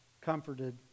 comforted